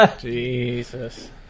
Jesus